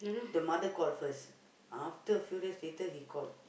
the mother call first after a few days later he call